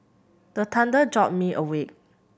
the thunder jolt me awake